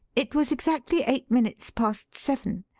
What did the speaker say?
it was exactly eight minutes past seven.